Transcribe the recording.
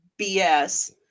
BS